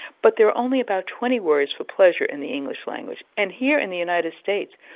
but there are only about twenty words for pleasure in the english language, and here in the united states,